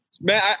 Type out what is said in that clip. Man